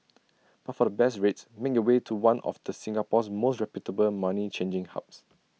but for the best rates make your way to one of the Singapore's most reputable money changing hubs